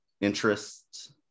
interest